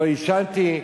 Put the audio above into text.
אני לא עישנתי,